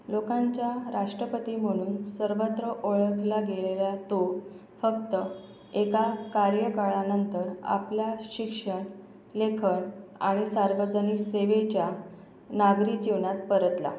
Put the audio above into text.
लोकांचा राष्ट्रपती म्हणून सर्वत्र ओळखला गेलेला तो फक्त एका कार्यकाळानंतर आपल्या शिक्षण लेखन आणि सार्वजनिक सेवेच्या नागरी जीवनात परतला